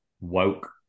woke